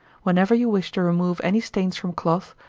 whenever you wish to remove any stains from cloth,